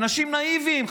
אנשים נאיביים.